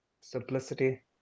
simplicity